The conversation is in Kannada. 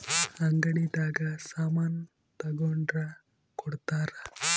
ಅಂಗಡಿ ದಾಗ ಸಾಮನ್ ತಗೊಂಡ್ರ ಕೊಡ್ತಾರ